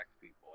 people